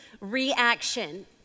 reaction